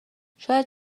شاید